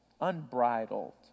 Unbridled